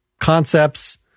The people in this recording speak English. concepts